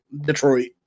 Detroit